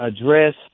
address